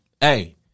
Hey